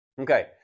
Okay